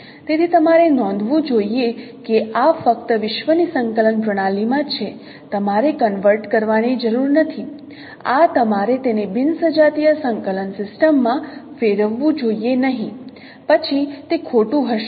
તેથી તમારે નોંધવું જોઈએ કે આ ફક્ત વિશ્વ ની સંકલન પ્રણાલી માં છે તમારે કન્વર્ટ કરવાની જરૂર નથી આ તમારે તેને બિન સજાતીય સંકલન સિસ્ટમમાં ફેરવવું જોઈએ નહીં પછી તે ખોટું હશે